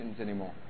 anymore